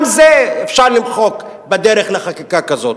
גם את זה אפשר למחוק בדרך לחקיקה כזאת.